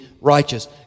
righteous